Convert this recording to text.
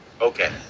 Okay